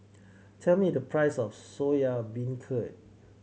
tell me the price of Soya Beancurd